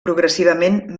progressivament